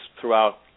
throughout